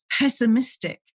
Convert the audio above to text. pessimistic